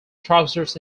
trousers